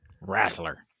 Wrestler